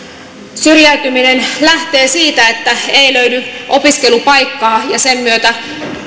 syrjäytyminen lähtee siitä että ei löydy opiskelupaikkaa ja sen myötä